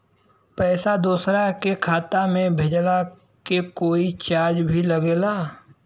पैसा दोसरा के खाता मे भेजला के कोई चार्ज भी लागेला?